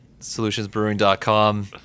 solutionsbrewing.com